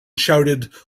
shouted